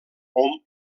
hom